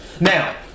now